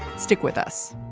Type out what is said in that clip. stick with us